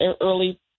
early